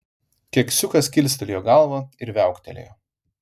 keksiukas kilstelėjo galvą ir viauktelėjo